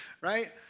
right